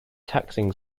taxing